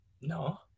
no